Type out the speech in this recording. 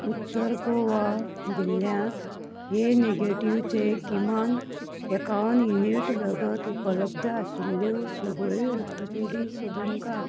उत्तर गोवा जिल्ल्यात ए नेगेटीवचे किमान एकावन युनीट रगत उपलब्द आशिल्ल्यो सगळ्यो रक्तपेढी सोदून काड